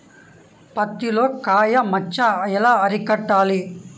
పత్తిలో కాయ మచ్చ ఎలా అరికట్టాలి?